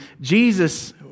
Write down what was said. Jesus